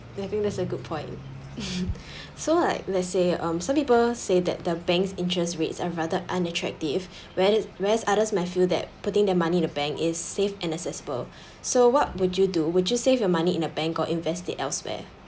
I think that's a good point so like let's say um some people say that the bank's interest rates are rather unattractive whereas whereas others might feel that putting their money in the bank is safe and accessible so what would you do would you save your money in a bank or invest it elsewhere